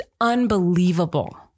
unbelievable